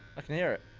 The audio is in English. i can hear it